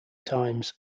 times